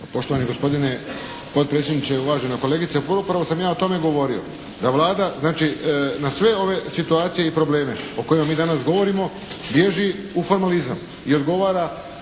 poštovani gospodine potpredsjedniče, uvaženi kolegice. Pa upravo sam ja o tome govorio, da Vlada, znači na sve ove situacije i probleme o kojima mi danas govorimo bježi u formalizam i odgovora